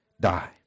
die